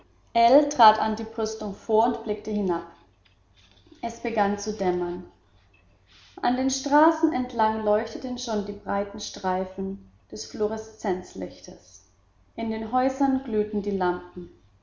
vor und blickte hinab es begann zu dämmern an den straßen entlang leuchteten schon die breiten streifen des fluoreszenzlichtes in den häusern glühten die lampen